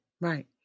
right